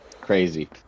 crazy